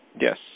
Yes